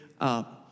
up